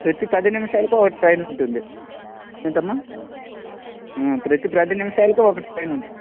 ప్రతి పది నిమిషాలకి ఒక ట్రైన్ ఉంటుంది ఏంటమ్మా ప్రతి పది నిమిషాలకీ ఓ ట్రైన్ ఉంటుంది